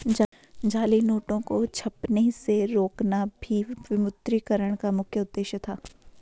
जाली नोटों को छपने से रोकना भी विमुद्रीकरण का मुख्य उद्देश्य था